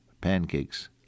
pancakes